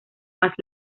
más